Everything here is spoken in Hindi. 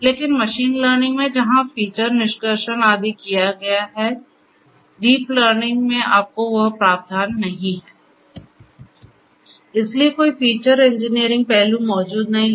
लेकिन मशीन लर्निंग में जहां फीचर निष्कर्षण आदि किया गया था डीप लर्निंग में आपको वह प्रावधान नहीं है इसलिए कोई फीचर इंजीनियरिंग पहलू मौजूद नहीं है